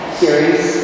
series